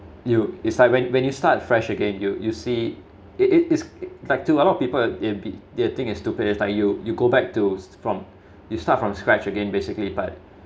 you is like when when you start fresh again you you see it it is like to a lot of people it'd be they'll think it's stupid that's like you you go back to from you start from scratch again basically but